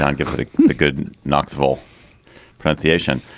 don't get but a good knoxville pronunciation.